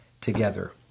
together